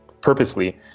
purposely